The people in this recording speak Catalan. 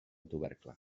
tubercle